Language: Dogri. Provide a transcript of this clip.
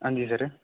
हां जी सर